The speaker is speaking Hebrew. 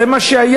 זה מה שהיה.